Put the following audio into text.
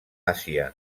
àsia